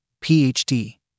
Ph.D